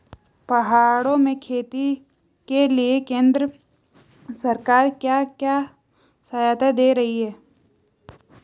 पहाड़ों में खेती के लिए केंद्र सरकार क्या क्या सहायता दें रही है?